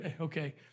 Okay